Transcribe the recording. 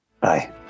Bye